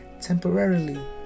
temporarily